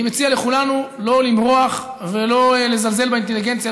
אני מציע לכולנו לא למרוח ולא לזלזל באינטליגנציה,